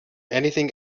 anything